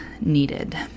needed